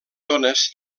tones